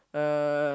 uh